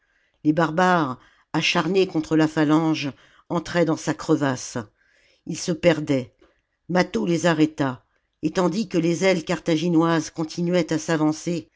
les barbares acharnés contre la phalange entraient dans sa crevasse ils se perdaient mâtho les arrêta et tandis que les ailes carthaginoises continuaient à s'avancer